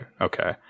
okay